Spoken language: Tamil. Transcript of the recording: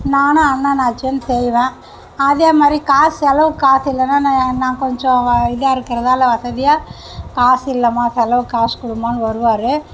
நானும் அண்ணனாச்சேன்னு செய்வேன் அதேமாதிரி காசு செலவுக்கு காசுல்லைனா நான் கொஞ்சம் இதாயிருக்குறதால வசதியாக காசில்லமா செலவுக்கு காசு கொடுமான்னு வருவார்